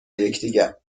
یکدیگر